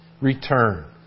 return